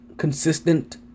Consistent